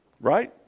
Right